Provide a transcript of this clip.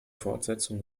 fortsetzung